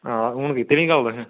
आं हून कीती ना गल्ल तुसें